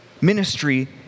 ministry